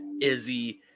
Izzy